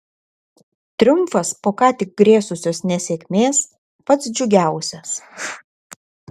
triumfas po ką tik grėsusios nesėkmės pats džiugiausias